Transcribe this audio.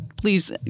please